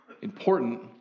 important